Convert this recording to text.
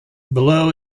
below